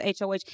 HOH